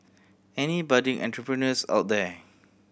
any budding entrepreneurs out there